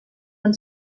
van